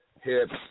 hips